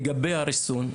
לגבי הריסון,